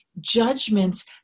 judgments